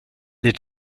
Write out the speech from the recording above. les